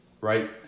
right